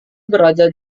berada